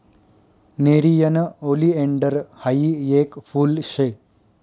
nerium oleander हायी येक फुल शे